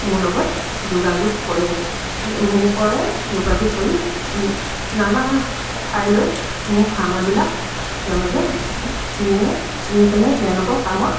মোৰ লগত যোগাযোগ কৰে মোৰ পৰাই যোগাযোগ কৰি নানা ঠাইলৈ মোৰ ফাৰ্মাৰবিলাক তেওঁলোকে নিয়ে নি কেনে তেওঁলোকৰ কামত